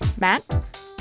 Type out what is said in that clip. Matt